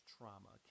Trauma